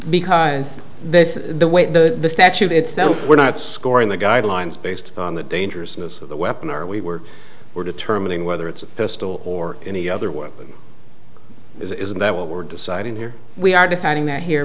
because this is the way the statute itself we're not scoring the guidelines based on the dangerousness of the weapon are we were we're determining whether it's a pistol or any other word isn't that what we're deciding here we are deciding that here